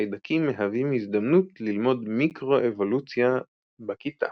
חיידקים מהווים הזדמנות ללמוד מיקרו אבולוציה בכיתה.